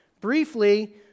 briefly